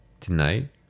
Tonight